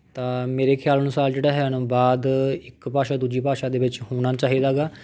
ਤਾਂ ਮੇਰੇ ਖਿਆਲ ਅਨੁਸਾਰ ਜਿਹੜਾ ਹੈ ਅਨੁਵਾਦ ਇੱਕ ਭਾਸ਼ਾ ਤੋਂ ਦੂਜੀ ਭਾਸ਼ਾ ਦੇ ਵਿੱਚ ਹੋਣਾ ਚਾਹੀਦਾ ਹੈਗਾ